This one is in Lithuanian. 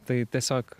tai tiesiog